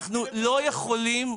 אנחנו לא יכולים,